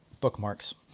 bookmarks